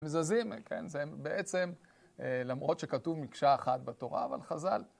מזזים, כן, זה בעצם, למרות שכתוב מקשה אחת בתורה, אבל חז"ל.